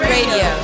Radio